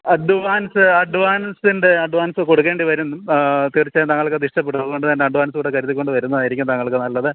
advance അഡ്വാന്സിൻ്റെ advance കൊടുക്കേണ്ടിവരും തീര്ച്ചയായിട്ടും താങ്കള്ക്കത് ഇഷ്ടപ്പെടും അതുകൊണ്ട് തന്നെ അഡ്വാന്സ് കൂടി കരുതി കൊണ്ടുവരുന്നതായിരിക്കും താങ്കള്ക്ക് നല്ലത്